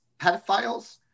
pedophiles